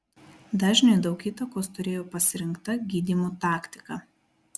dažniui daug įtakos turėjo pasirinkta gydymo taktika